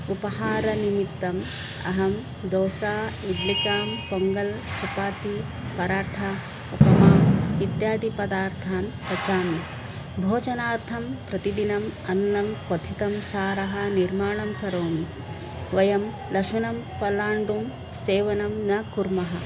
उपहारनिमित्तम् अहं दोसा इड्लिकां पोङ्गल् चपाति पराठा उपमा इत्यादि पदार्थान् पचामि भोजनार्थं प्रतिदिनम् अन्नं क्वथितं सारः निर्माणं करोमि वयं लशुनं पलाण्डुं सेवनं न कुर्मः